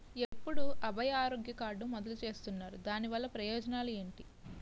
ఎప్పుడు అభయ ఆరోగ్య కార్డ్ మొదలు చేస్తున్నారు? దాని వల్ల ప్రయోజనాలు ఎంటి?